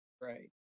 Right